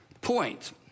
point